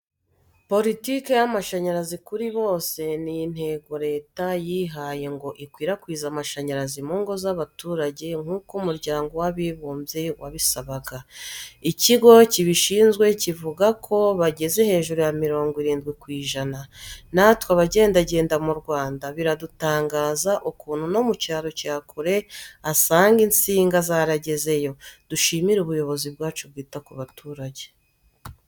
Politiki y'amashanyarazi kuri bose, ni intego Leta yihaye ngo ikwirakwize amashanyarazi mu ngo z'abaturarwanda nk'uko umuryango wabibumbye wabisabaga. Ikigo kibishinzwe kivuga ko bageze hejuru ya mirongo irindwi ku ijana. Natwe abagendagenda mu Rwanda biradutangaza ukuntu no mu cyaro cya kure asanga insinga zaragezeyo. Dushimire ubuyobozi bwacu bwita ku baturage.